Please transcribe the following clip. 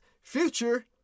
future